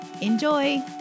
Enjoy